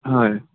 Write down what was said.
হয়